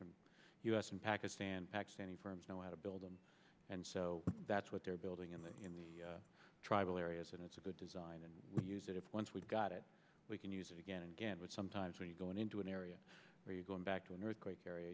from u s and pakistan pakistani firms know how to build them and so that's what they're building in the in the tribal areas and it's a good design and we use it once we've got it we can use it again and again but sometimes when you're going into an area are you going back to an earthquake